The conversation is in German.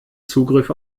zugriff